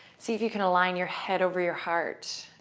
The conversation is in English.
see if you can align your head over your heart,